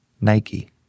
Nike